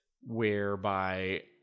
whereby